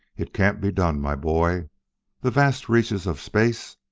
it can't be done, my boy the vast reaches of space